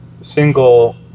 single